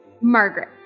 Margaret